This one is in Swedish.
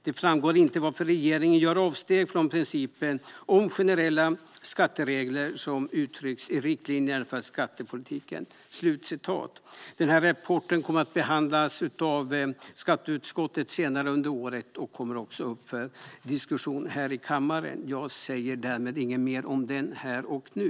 Det framgår därför inte varför regeringen gör avsteg från principen om generella skatteregler som uttrycks i riktlinjerna för skattepolitiken." Den här rapporten kommer att behandlas av skatteutskottet senare under året och kommer också upp för diskussion här i kammaren. Jag säger därmed inget mer om den här och nu.